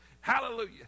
hallelujah